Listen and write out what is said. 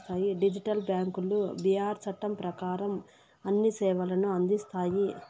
digital బ్యాంకులు BR చట్టం ప్రకారం అన్ని సేవలను అందిస్తాయి